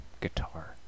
guitar